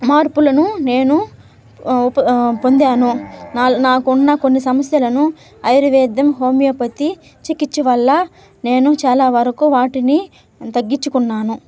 మార్పులను నేను పొందాను నా నాకున్న కొన్ని సమస్యలను ఆయుర్వేదం హోమియోపతి చికిత్స వల్ల నేను చాలా వరకు వాటిని తగ్గించుకున్నాను